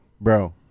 bro